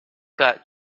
got